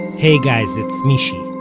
hey guys, it's mishy.